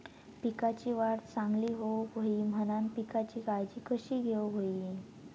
पिकाची वाढ चांगली होऊक होई म्हणान पिकाची काळजी कशी घेऊक होई?